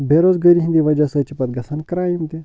بے روزگٲری ہِنٛدی وجہ سۭتۍ چھِ پتہٕ گَژھان کرٛایِم تہِ